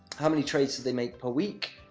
how many trades they make per week